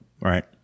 Right